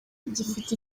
gifite